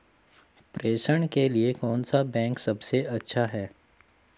प्रेषण के लिए कौन सा बैंक सबसे अच्छा है?